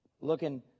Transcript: looking